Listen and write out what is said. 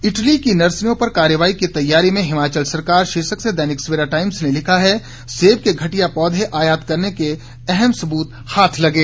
Italy की नर्सरियों पर कार्रवाई की तैयारी में हिमाचल सरकार शीर्षक से दैनिक सवेरा टाइम्स ने लिखा है सेब के घटिया पौधे आयात करने के अहम सबूत हाथ लगे